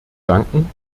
danken